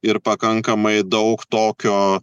ir pakankamai daug tokio